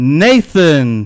nathan